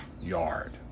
yard